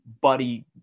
buddy